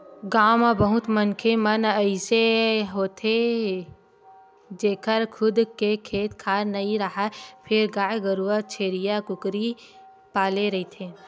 गाँव म बहुत मनखे मन अइसे होथे जेखर खुद के खेत खार नइ राहय फेर गाय गरूवा छेरीया, कुकरी पाले रहिथे